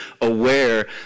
aware